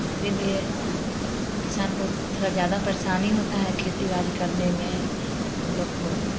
इसलिए किसान को थोड़ा ज्यादा परेशानी होता है खेती बाड़ी करने में हम लोग को